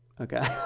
Okay